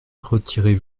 retirez